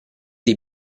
dei